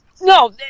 no